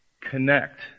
Connect